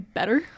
better